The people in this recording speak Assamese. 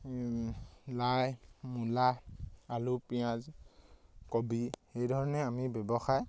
লাই মূলা আলু পিঁয়াজ কবি সেইধৰণে আমি ব্যৱসায়